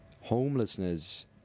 homelessness